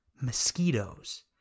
Mosquitoes